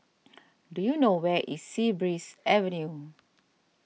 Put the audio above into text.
do you know where is Sea Breeze Avenue